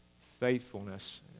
faithfulness